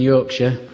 Yorkshire